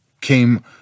came